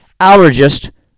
Allergist